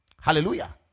Hallelujah